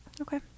okay